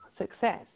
success